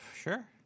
sure